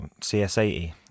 cs80